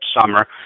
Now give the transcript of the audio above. summer